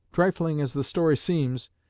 trifling as the story seems,